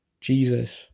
Jesus